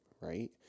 right